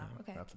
Okay